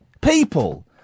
People